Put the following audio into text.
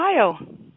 Ohio